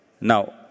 Now